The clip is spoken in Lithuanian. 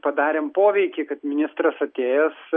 padarėm poveikį kad ministras atėjęs